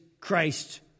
Christ